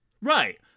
Right